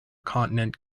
continent